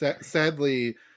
Sadly